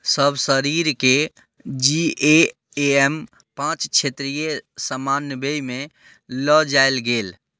सभ शरीरकेँ G A A M पाँच क्षेत्रीय समन्वयमे लऽ जायल गेल